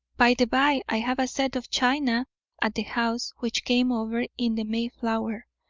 by the by, i have a set of china at the house which came over in the mayflower.